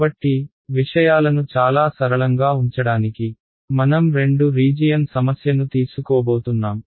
కాబట్టి విషయాలను చాలా సరళంగా ఉంచడానికి మనం రెండు రీజియన్ సమస్యను తీసుకోబోతున్నాం